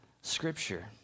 scripture